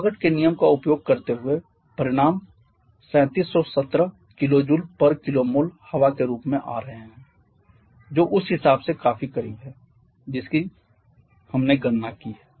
Amagat Amagat's के नियम का उपयोग करते हुए परिणाम 3717 kJkmol हवा के रूप में आ रहे हैं जो उस हिसाब से काफी करीब है जिसकी हमने गणना की है